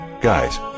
Guys